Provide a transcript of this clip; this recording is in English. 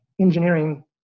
engineering